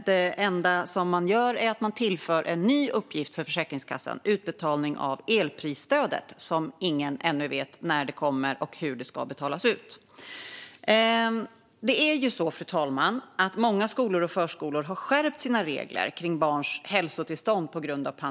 Det enda man gör är att tillföra en ny uppgift för Försäkringskassan: utbetalning av elprisstödet, som ingen ännu vet när det kommer eller hur det ska betalas ut. Fru talman! Många skolor och förskolor har på grund av pandemin skärpt sina regler för barns hälsotillstånd.